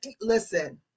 listen